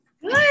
good